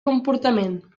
comportament